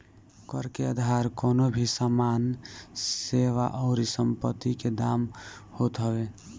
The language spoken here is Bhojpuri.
कर के आधार कवनो भी सामान, सेवा अउरी संपत्ति के दाम होत हवे